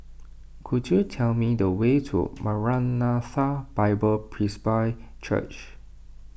could you tell me the way to Maranatha Bible Presby Church